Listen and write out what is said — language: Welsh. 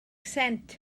sent